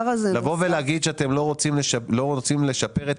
לבוא ולהגיד שאתם לא רוצים לשפר את